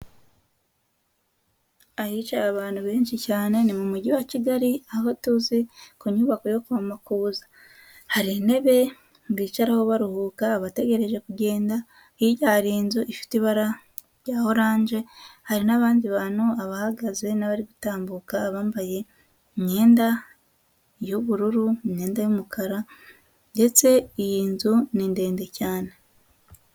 Ahicaye abantu benshi cyane, ni mu mujyi wa Kigali aho tuzi ku nyubako yo kwa Makuza. Hari intebe bicaraho baruhuka bategereje kugenda, hirya hari inzu ifite ibara rya oranje hari n'abandi bantu, abahagaze n'abari gutambuka. Abambaye imyenda y'ubururu, imyenda y'umukara ndetse iyi nzu ni ndende cyane.